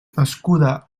nascuda